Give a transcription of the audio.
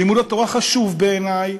ולימוד התורה חשוב בעיני.